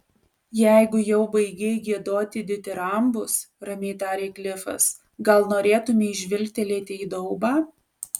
jeigu jau baigei giedoti ditirambus ramiai tarė klifas gal norėtumei žvilgtelėti į daubą